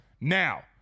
Now